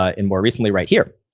ah and more recently, right here.